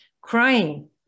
crying